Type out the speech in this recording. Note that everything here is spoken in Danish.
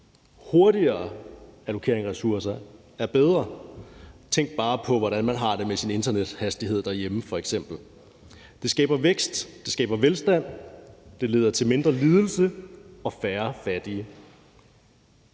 Hurtigere allokering af ressourcer er bedre. Tænk bare på, hvordan man f.eks. har det med sin internethastighed derhjemme. Det skaber vækst, det skaber velstand, og det leder til mindre lidelse og færre fattige.